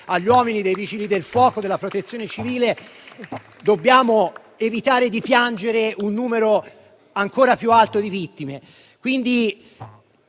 agli uomini dei Vigili del fuoco e della Protezione civile possiamo evitare di piangere un numero ancora più alto di vittime.